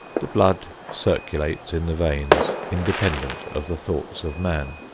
the blood circulates in the veins independent of the thoughts of man.